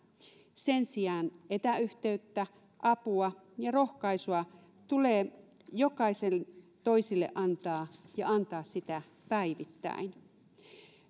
sen sijaan etäyhteyttä apua ja rohkaisua tulee jokaisen toisille antaa ja antaa sitä päivittäin